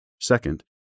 Second